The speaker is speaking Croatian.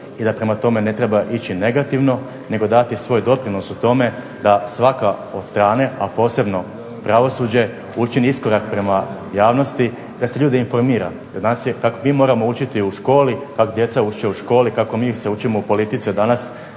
i da prema tome ne treba ići negativno, nego dati svoj doprinos u tome da svaka od strane, a posebno pravosuđe učini iskorak prema javnosti, da se ljudi informira, …/Ne razumije se./… učiti u školi, kako djeca uče u školi, kako mi se učimo u politici od danas